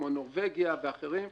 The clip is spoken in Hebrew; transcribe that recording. כמו נורבגיה ואחרים.